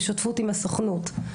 בשותפות עם הסוכנות,